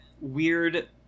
weird